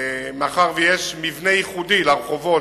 מאחר שיש מבנה ייחודי לרחובות,